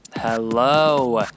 hello